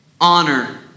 honor